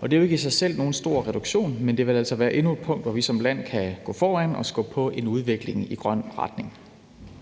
og det er jo ikke i sig selv nogen stor reduktion, men det vil altså være endnu et punkt, hvor vi som land kan gå foran og skubbe på en udvikling i grøn retning.